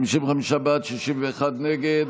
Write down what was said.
55 בעד, 61 נגד.